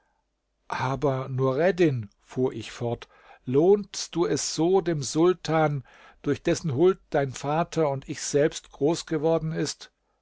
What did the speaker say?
aber nureddin fuhr ich fort lohnst du es so dem sultan durch dessen huld dein vater und ich selbst groß geworden ist